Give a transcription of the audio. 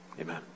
Amen